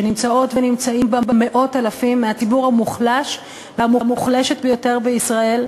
שנמצאות ונמצאים בה מאות אלפים מהציבור המוחלש והמוחלשת ביותר בישראל,